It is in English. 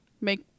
Make